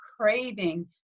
craving